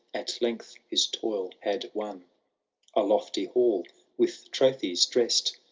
at length his toil had won a lofty hall with trophies dressed.